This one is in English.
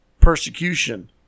persecution